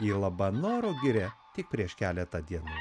į labanoro girią tik prieš keletą dienų